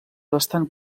bastant